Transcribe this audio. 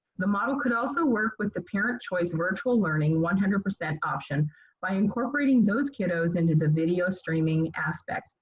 the model could also work with the parent choice virtual learning one hundred percent option by incorporating those kiddos into the video streaming aspect.